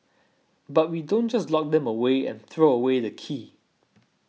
but we don't just lock them away and throw away the key